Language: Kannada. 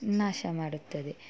ನಾಶಮಾಡುತ್ತದೆ